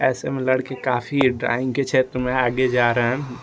ऐसे में लड़के काफी ड्राइंग के क्षेत्र में आगे जा रहे हैं